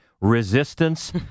resistance